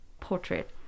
portrait